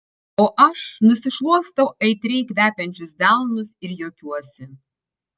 o aš nusišluostau aitriai kvepiančius delnus ir juokiuosi